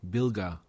Bilga